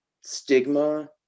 stigma